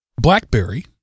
BlackBerry